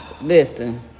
listen